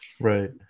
right